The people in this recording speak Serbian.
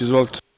Izvolite.